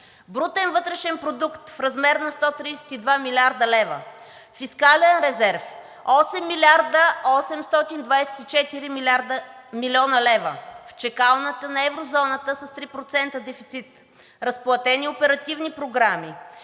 брутен вътрешен продукт в размер на 132 млрд. лв.; фискален резерв – 8 млрд. 824 млн. лв.; в чакалнята на еврозоната с 3% дефицит; разплатени оперативни програми;